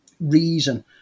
reason